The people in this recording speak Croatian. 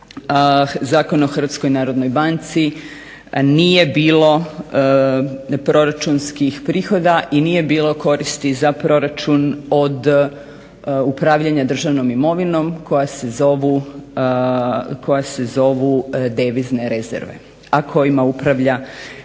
Zakon o Hrvatskoj narodnoj banci. Nije bilo neproračunskih prihoda i nije bilo koristi za proračun od upravljanja državnom imovinom koja se zove devizne rezerve, a kojima upravlja HNB.